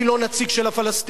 אני לא נציג של הפלסטינים,